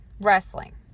Wrestling